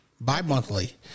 bi-monthly